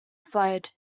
fled